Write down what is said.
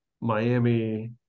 Miami